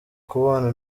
kubana